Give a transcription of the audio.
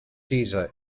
caesar